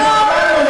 לא.